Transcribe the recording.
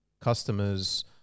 customers